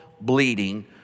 bleeding